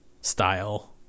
style